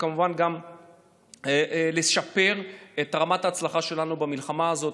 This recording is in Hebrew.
וכמובן גם לשפר את רמת ההצלחה שלנו במלחמה הזאת,